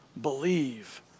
believe